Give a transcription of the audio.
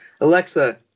Alexa